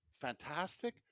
fantastic